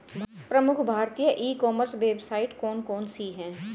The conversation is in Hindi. प्रमुख भारतीय ई कॉमर्स वेबसाइट कौन कौन सी हैं?